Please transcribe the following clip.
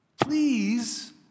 Please